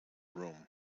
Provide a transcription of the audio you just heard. room